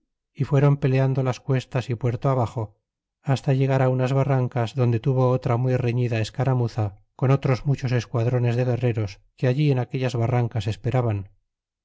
y fueron peleando las cuestas y puerto abaxo hasta llegar a unas barrancas donde tuvo otra muy reñida escaramuza con otros muchos esquadrones de guerreros que allí en aquellas barrancas esperaban